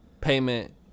payment